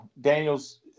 Daniel's –